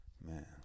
Man